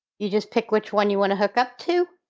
you just pick which one you want to hook up to,